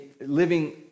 living